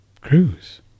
Cruise